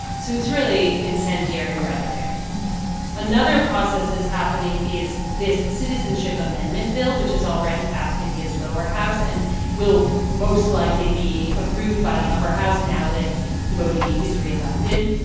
so it's really incendiary rhetoric another process that's happening is this citizenship amendment bill, which has already passed india's lower house and will most likely be approved by the upper house now that modi is reelected.